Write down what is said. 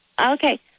Okay